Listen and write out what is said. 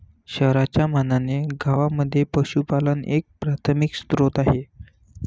शहरांच्या मानाने गावांमध्ये पशुपालन एक प्राथमिक स्त्रोत आहे